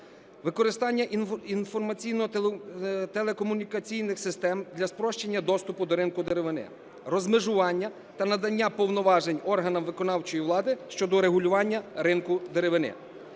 використання інформаційно-телекомунікаційних систем для спрощення доступу до ринку деревини, розмежування та надання повноважень органам виконавчої влади щодо регулювання ринку деревини.